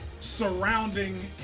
surrounding